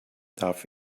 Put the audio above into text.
darf